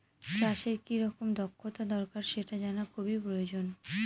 চাষের কি রকম দক্ষতা দরকার সেটা জানা খুবই প্রয়োজন